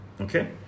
Okay